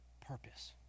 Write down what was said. purpose